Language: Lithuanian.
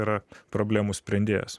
yra problemų sprendėjas